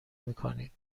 میکنید